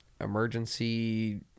emergency